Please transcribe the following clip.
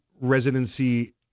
residency